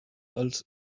als